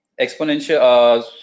exponential